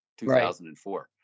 2004